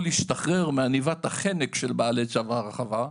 להשתחרר מעניבת החנק של בעלי צו ההרחבה,